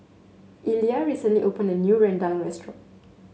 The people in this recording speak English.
Illya recently opened a new rendang restaurant